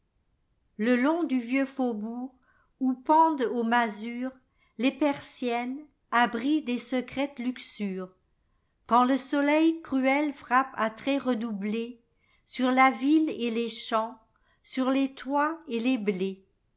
le long du vieux faubourg où pendent aux masuresles persiennes abri des secrètes luxures uand le soleil cruel frappe à traits redoubléssur la ville et les champs sur les toits et les blés